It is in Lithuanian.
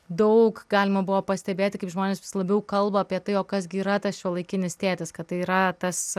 daug galima buvo pastebėti kaip žmonės vis labiau kalba apie tai o kas gi yra tas šiuolaikinis tėtis kad tai yra tas